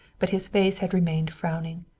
but his face had remained frowning.